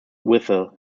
whistle